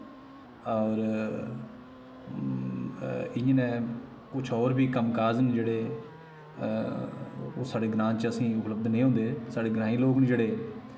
होर इ'यां नै कुछ होर बी कम्म काज़ न जेह्ड़े ओह् साढ़े ग्रांऽ च असें ई उपलब्ध निं होंदे साढ़े ग्रांईं लोग न जेह्ड़े